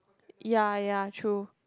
ya ya true